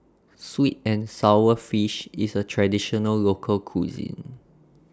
Sweet and Sour Fish IS A Traditional Local Cuisine